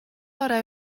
orau